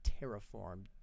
Terraform